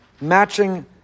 matching